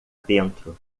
dentro